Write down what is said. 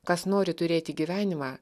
kas nori turėti gyvenimą